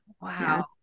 wow